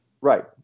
Right